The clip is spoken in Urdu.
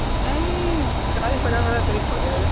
یہی چالیس پچاس والا قریب پڑ جائے گا